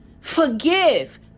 Forgive